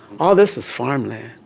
all this was farmland.